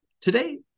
Today